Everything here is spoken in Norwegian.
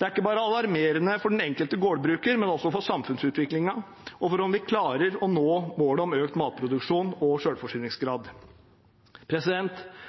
Det er ikke bare alarmerende for den enkelte gårdbruker, men også for samfunnsutviklingen og for om vi klarer å nå målet om økt matproduksjon og